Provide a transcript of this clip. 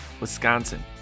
Wisconsin